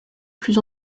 plus